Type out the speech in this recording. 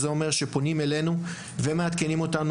זה אומר שפונים אלינו ומעדכנים אותנו